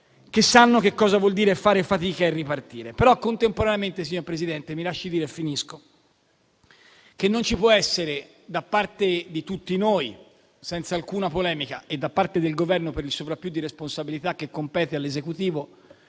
che sanno che cosa vuol dire far fatica e ripartire. Contemporaneamente però, signor Presidente, mi lasci dire in conclusione che non ci può essere da parte di tutti noi, senza alcuna polemica, e da parte del Governo per il sovrappiù di responsabilità che gli compete, un ulteriore